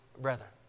brethren